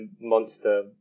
monster